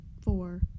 four